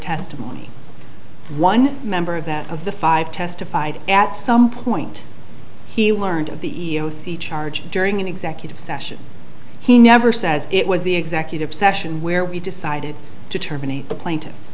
testimony one member of that of the five testified at some point he learned of the e e o c charge during an executive session he never says it was the executive session where we decided to terminate the plaintiff